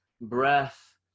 breath